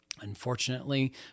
Unfortunately